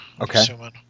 Okay